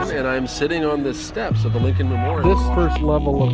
and i'm sitting on the steps of the lincoln memorial. first level of.